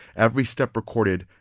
every step recorded,